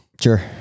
Sure